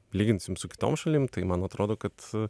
lyginsim su kitom šalim tai man atrodo kad